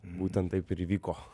būtent taip ir įvyko